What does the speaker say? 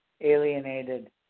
alienated